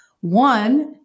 One